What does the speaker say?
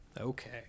Okay